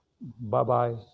bye-bye